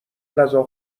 غذا